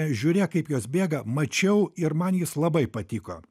žiūrėk kaip jos bėga mačiau ir man jis labai patiko